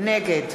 נגד